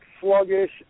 sluggish